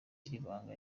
ibanga